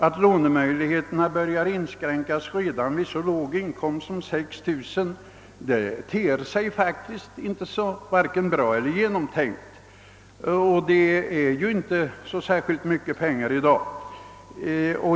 Att lånemöjligheterna för den studerande ungdomen börjar inskränkas redan vid en så låg föräldrainkomst som 6 000 kronor ter sig faktiskt varken bra eller genomtänkt. 6 000 kronor är inte särskilt myc ket pengar i dag.